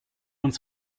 uns